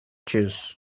choose